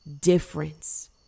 difference